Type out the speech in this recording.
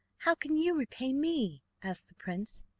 how can you repay me asked the prince.